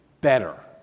better